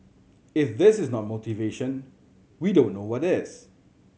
if this is not motivation we don't know what is